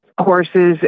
horses